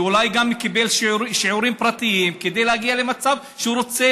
ואולי גם קיבל שיעורים פרטיים כדי להגיע למצב שהוא רוצה,